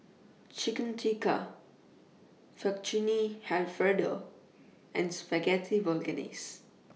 Chicken Tikka Fettuccine Alfredo and Spaghetti Bolognese